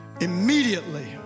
Immediately